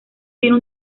tiene